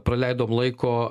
praleidom laiko